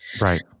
Right